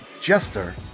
Jester